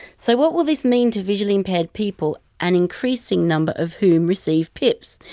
so, what will this mean to visually impaired people, an increasing number of whom receive pips?